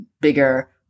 bigger